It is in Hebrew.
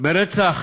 ברצח